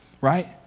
right